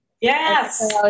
Yes